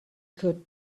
could